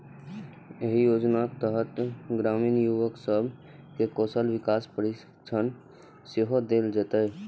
एहि योजनाक तहत ग्रामीण युवा सब कें कौशल विकास प्रशिक्षण सेहो देल जेतै